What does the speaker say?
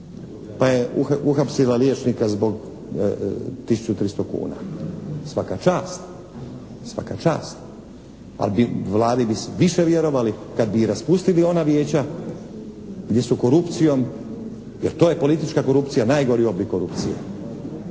Pa je uhapsila liječnika zbog 1300 kuna. Svaka čast! Svaka čast. Ali bi, Vladi bi više vjerovali kad bi raspustili ona vijeća gdje su korupcijom jer to je politička korupcija, najgori oblik korupcije,